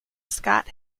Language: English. scott